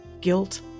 guilt